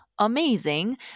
Amazing